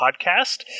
podcast